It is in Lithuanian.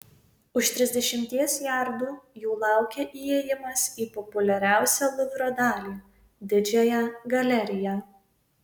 už trisdešimties jardų jų laukė įėjimas į populiariausią luvro dalį didžiąją galeriją